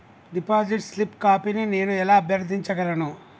Deposit slip కాపీని నేను ఎలా అభ్యర్థించగలను?